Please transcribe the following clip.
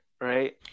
right